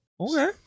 Okay